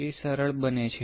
તે સરળ બને છે